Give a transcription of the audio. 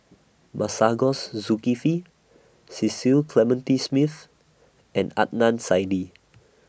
Masagos Zulkifli Cecil Clementi Smith and Adnan Saidi